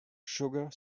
sugar